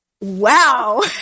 wow